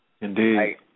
Indeed